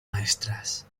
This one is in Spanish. maestras